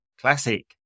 classic